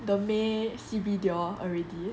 the may cibi they all already